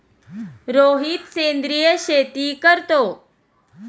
रोहित सेंद्रिय शेती करतो